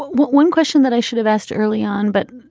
one question that i should have asked early on, but